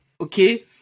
okay